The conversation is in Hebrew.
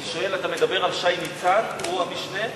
אני שואל, אתה מדבר על שי ניצן, הוא המשנה?